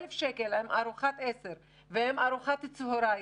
1,000 שקלים עם ארוחת עשר ועם ארוחת צהריים,